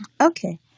Okay